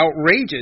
outrageous